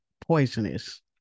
poisonous